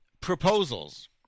proposals